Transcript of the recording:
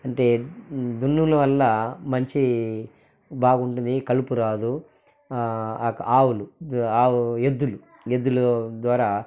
అంటే దున్నులు వల్ల మంచి బాగుంటుంది కలుపు రాదు ఆవులు ఆ ఆవు ఎద్దులు ఎద్దుల ద్వారా